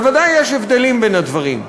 בוודאי יש הבדלים בין הדברים.